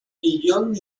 millón